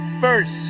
first